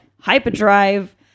hyperdrive